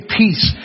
peace